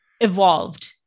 Evolved